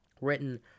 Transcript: written